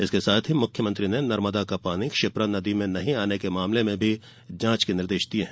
इसके साथ ही मुख्यमंत्री ने नर्मदा का पानी क्षिप्रा नदी में नहीं आने के मामले में भी जांच के निर्देश दिये हैं